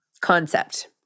concept